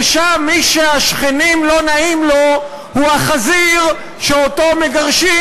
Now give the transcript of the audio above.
ושם מי שהשכנים לא נאים לו הוא החזיר שאותו מגרשים,